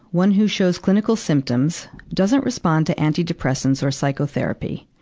one who shows clinical symptoms, doesn't respond to antidepressants or psychotherapy?